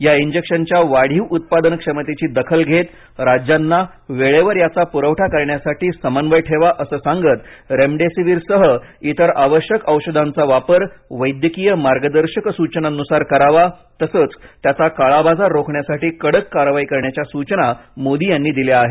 या इंजेक्शनच्या वाढीव उत्पादन क्षमतेची दखल घेत राज्यांना वेळेवर याचा पुरवठा करण्यासाठी समन्वय ठेवा असं सांगत रेमडेसीव्हीरसह इतर आवश्यक औषधांचा वापर वैद्यकीय मार्गदर्शक सूचनांनुसार करावा तसच त्याचा काळाबाजार रोखण्यासाठी कडक कारवाई करण्याच्या सूचना मोदी यांनी दिल्या आहेत